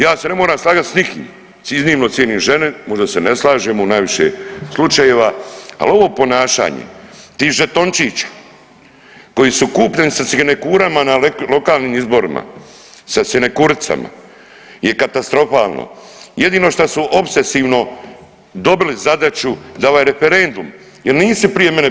Ja se ne moram slagat s nikim, iznimno cijenim žene, možda se ne slažemo u najviše slučajeva, al ovo ponašanje tih žetončića koji su kupljeni sa sinekurama na lokalnim izborima, sa sinekuricama je katastrofalno, jedino šta su opsesivno dobili zadaću da ovaj referendum jel nisi prije mene bio